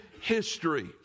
history